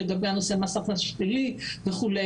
כמו מס הכנסה שלילי וכו',